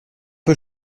peu